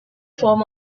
form